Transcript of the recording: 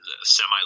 semi